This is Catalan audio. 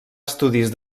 estudis